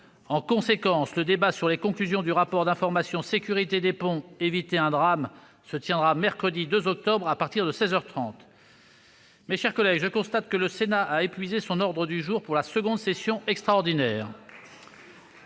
En conséquence, le débat sur les conclusions du rapport d'information « Sécurité des ponts : éviter un drame » se tiendra le mercredi 2 octobre à partir de seize heures trente. Mes chers collègues, je constate que le Sénat a épuisé son ordre du jour pour la seconde session extraordinaire-